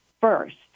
first